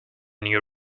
new